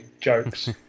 jokes